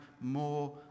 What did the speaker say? more